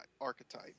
archetype